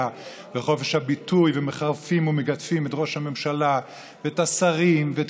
וחופש הביטוי ומחרפים ומגדפים את ראש הממשלה ואת השרים ואת